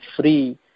free